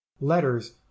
Letters